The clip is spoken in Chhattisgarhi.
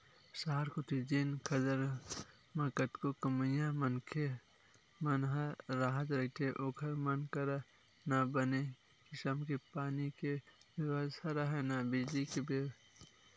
सहर कोती जेन खदर म कतको कमइया मनखे मन ह राहत रहिथे ओखर मन करा न बने किसम के पानी के बेवस्था राहय, न बिजली के